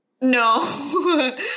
No